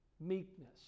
meekness